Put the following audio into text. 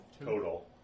total